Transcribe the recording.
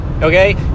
Okay